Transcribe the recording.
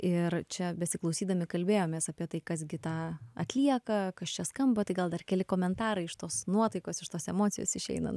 ir čia besiklausydami kalbėjomės apie tai kas gi tą atlieka kas čia skamba tai gal dar keli komentarai iš tos nuotaikos iš tos emocijos išeinan